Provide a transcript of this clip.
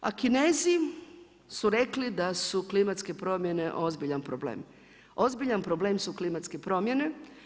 A Kinezi su rekli da su klimatske promjene ozbiljan problem, ozbiljan problem su klimatske promjene.